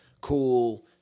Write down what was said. cool